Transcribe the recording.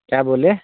क्या बोले